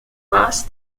maß